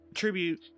tribute